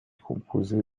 composé